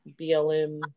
BLM